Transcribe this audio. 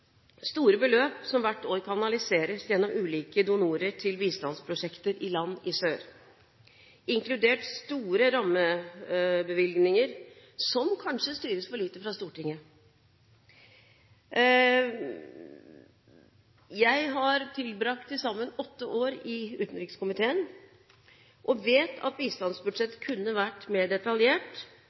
store beløp som hvert år kanaliseres gjennom ulike donorer til bistandsprosjekter i land i sør, inkludert store rammebevilgninger som kanskje styres for lite fra Stortinget. Jeg har tilbrakt til sammen åtte år i utenrikskomiteen og vet at bistandsbudsjett kunne vært mer detaljert,